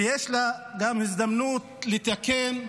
ויש לה גם הזדמנות לתקן,